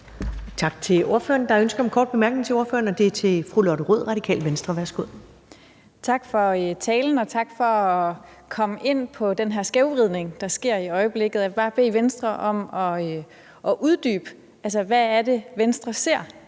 til ordføreren. Der er ønske om en kort bemærkning til ordføreren, og det er fra fru Lotte Rod, Radikale Venstre. Værsgo. Kl. 19:36 Lotte Rod (RV): Tak for talen, og tak for at komme ind på den her skævvridning, der sker i øjeblikket. Jeg vil bare bede Venstres ordfører om at uddybe, hvad det er, Venstre ser